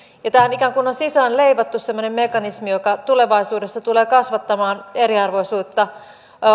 ja tähän on ikään kuin sisään leivottu semmoinen mekanismi joka tulevaisuudessa tulee kasvattamaan eriarvoisuutta